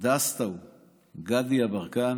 דסטה גדי יברקן